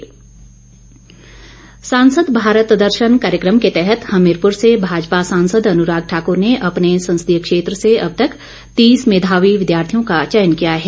अनुराग सांसद भारत दर्शन कार्यक्रम के तहत हमीरपुर से भाजपा सांसद अनुराग ठाकुर ने अपने संसदीय क्षेत्र से अब तक तीस मेधावी विद्यार्थियों का चयन किया है